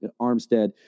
Armstead